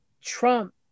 Trump